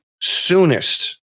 soonest